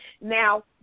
Now